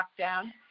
lockdown